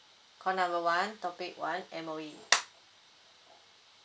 call number one topic one M_O_E